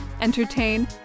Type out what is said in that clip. entertain